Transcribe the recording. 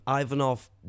Ivanov